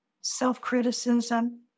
Self-criticism